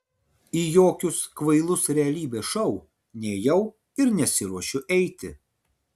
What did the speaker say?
į jokius kvailus realybės šou nėjau ir nesiruošiu eiti